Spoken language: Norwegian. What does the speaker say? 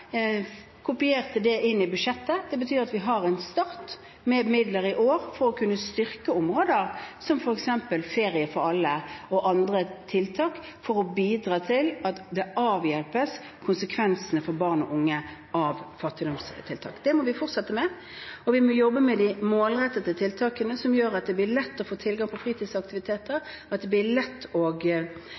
kopierte dem inn i budsjettet, for det betyr at vi har en start med midler i år for å kunne styrke områder som f.eks. ferie for alle og andre tiltak som bidrar til at konsekvensene av fattigdom avhjelpes for barn og unge. Det må vi fortsette med, og vi må jobbe med de målrettede tiltakene, som gjør at det blir lett å få tilgang til fritidsaktiviteter, og at det blir tilbud om å få ferie og